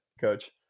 Coach